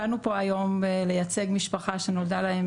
באנו פה היום לייצג משפחה שנולדה להם